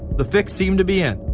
the fix seemed to be in.